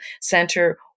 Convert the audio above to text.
center